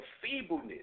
feebleness